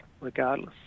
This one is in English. regardless